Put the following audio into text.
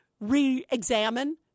Re-examine